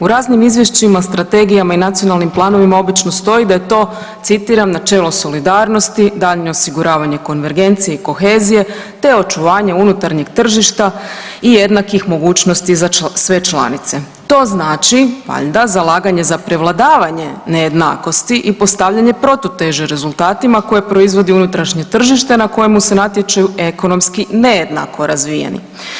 U raznim izvješćima, strategijama i nacionalnim planovima obično stoji da je to citiram „načelo solidarnosti, daljnje osiguravanje konvergencije i kohezije te očuvanje unutarnjeg tržišta i jednakih mogućnosti za sve članice“, to znači valjda zalaganje za prevladavanje nejednakosti i postavljanje protuteže rezultatima koje proizvodi unutrašnje tržište na kojemu se natječu ekonomski nejednako razvijeni.